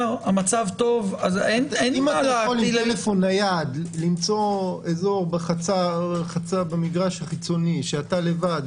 אם אתה יכול עם טלפון נייד למצוא אזור במגרש החיצוני שאתה לבד,